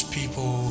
people